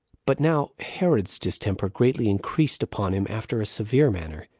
but now herod's distemper greatly increased upon him after a severe manner,